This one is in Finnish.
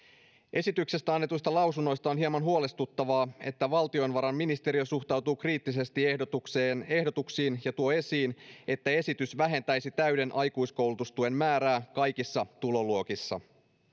esityksestä annetuista lausunnoissa on hieman huolestuttavaa että valtiovarainministeriö suhtautuu kriittisesti ehdotuksiin ja tuo esiin että esitys vähentäisi täyden aikuiskoulutustuen määrää kaikissa tuloluokissa